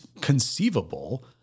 conceivable